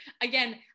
Again